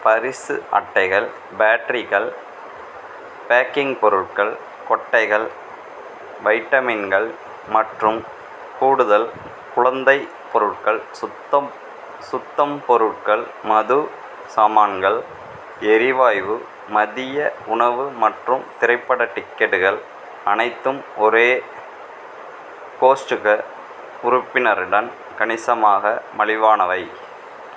பரிசு அட்டைகள் பேட்டரிகள் பேக்கிங் பொருட்கள் கொட்டைகள் வைட்டமின்கள் மற்றும் கூடுதல் குழந்தை பொருட்கள் சுத்தம் சுத்தம் பொருட்கள் மது சாமான்கள் எரிவாயு மதிய உணவு மற்றும் திரைப்பட டிக்கெட்டுகள் அனைத்தும் ஒரே கோஸ்ட்டுக்க உறுப்பினருடன் கணிசமாக மலிவானவை